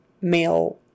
male